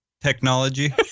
technology